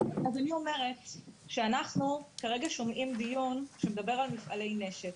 אז אני אומרת שאנחנו כרגע שומעים דיון שמדבר על מפעלי נשק